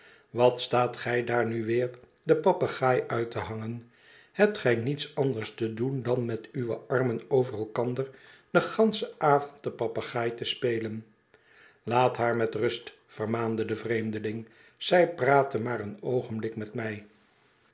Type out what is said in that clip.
wat staat gij daar nu weer de papegaai uit te hangen hebt gij niets ander te doen dan met uwe armen over elkander den ganschen avond de papegaai te spelen laat haar met rust vermaande de vreemdeling zij praatte maar een oogenblik met mij